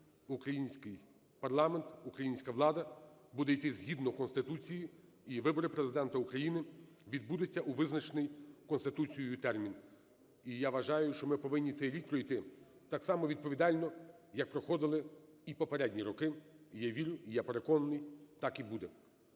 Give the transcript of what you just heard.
український парламент, українська влада буде йти згідно Конституції і вибори Президента України відбудуться у визначений Конституцією термін. І я вважаю, що ми повинні цей рік пройти так само відповідально, як проходили і попередні роки, і я вірю, і я переконаний, так і буде.